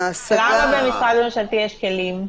למה במשרד ממשלתי יש כלים?